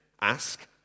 Ask